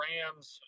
Rams